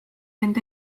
end